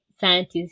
scientists